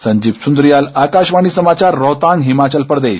संजीव सुंद्रियाल आकाशवाणी समाचार रोहतांग हिमाचल प्रदेश